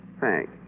thanks